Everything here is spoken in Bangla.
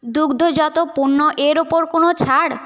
দুগ্ধজাত পণ্যের ওপর কোনও ছাড়